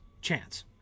chance